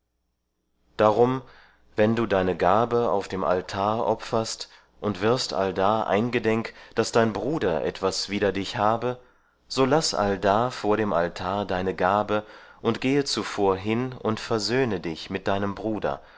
darum wenn du deine gabe auf dem altar opferst und wirst allda eingedenk daß dein bruder etwas wider dich habe so laß allda vor dem altar deine gabe und gehe zuvor hin und versöhne dich mit deinem bruder